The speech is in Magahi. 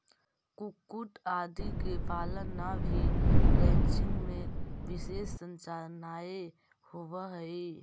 कुक्कुट आदि के पालन ला भी रैंचिंग में विशेष संरचनाएं होवअ हई